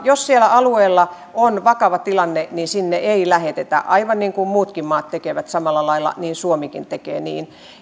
jos siellä alueella on vakava tilanne niin sinne ei lähetetä aivan niin kuin muutkin maat tekevät samalla lailla niin suomikin tekee niin